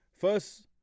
first